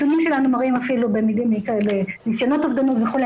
נתונים שלנו מראים אפילו שבניסיונות אובדנות וכולי,